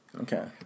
Okay